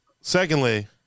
Secondly